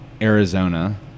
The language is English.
Arizona